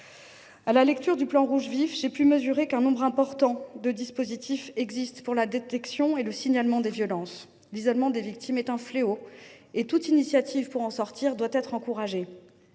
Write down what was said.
À la lecture du rapport, j’ai pu constater qu’un nombre important de dispositifs existent en matière de détection et de signalement des violences. L’isolement des victimes est un fléau et toute initiative pour les en sortir doit être encouragée.